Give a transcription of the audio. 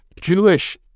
Jewish